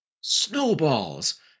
Snowballs